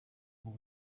boy